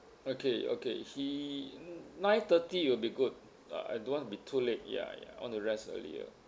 okay okay he nine thirty will be good uh I don't want to be too late ya ya I want to rest earlier